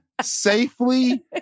safely